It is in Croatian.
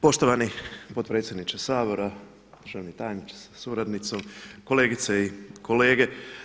Poštovani potpredsjedniče Sabora, poštovani tajniče sa suradnicom, kolegice i kolege.